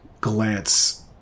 glance